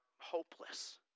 hopeless